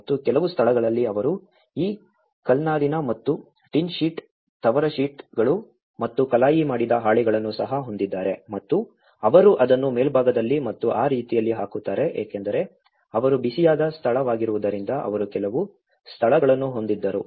ಮತ್ತು ಕೆಲವು ಸ್ಥಳಗಳಲ್ಲಿ ಅವರು ಈ ಕಲ್ನಾರಿನ ಮತ್ತು ಟಿನ್ ಶೀಟ್ ತವರ ಶೀಟ್ಗಳು ಮತ್ತು ಕಲಾಯಿ ಮಾಡಿದ ಹಾಳೆಗಳನ್ನು ಸಹ ಹೊಂದಿದ್ದಾರೆ ಮತ್ತು ಅವರು ಅದನ್ನು ಮೇಲ್ಭಾಗದಲ್ಲಿ ಮತ್ತು ಆ ರೀತಿಯಲ್ಲಿ ಹಾಕುತ್ತಾರೆ ಏಕೆಂದರೆ ಅವರು ಬಿಸಿಯಾದ ಸ್ಥಳವಾಗಿರುವುದರಿಂದ ಅವರು ಕೆಲವು ಸ್ಥಳಗಳನ್ನು ಹೊಂದಿದ್ದರು